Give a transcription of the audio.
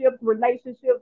relationships